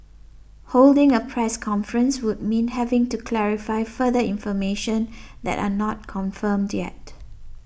holding a press conference would mean having to clarify further information that are not confirmed yet